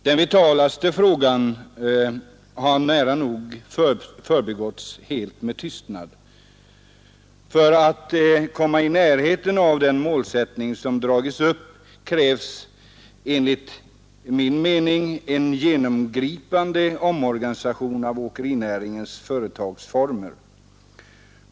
Den vitalaste frågan har nära nog helt förbigåtts med tystnad. För att komma i närheten av det mål som satts upp krävs enligt min mening en genomgripande omorganisation av åkerinäringens företagsformer.